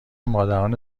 مادران